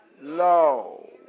low